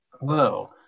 Hello